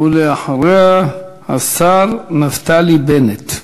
ואחריה, השר נפתלי בנט.